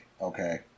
okay